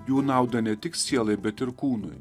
jų naudą ne tik sielai bet ir kūnui